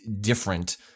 different